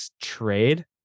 trade